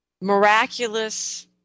miraculous